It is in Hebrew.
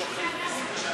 נתקבלה.